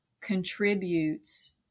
contributes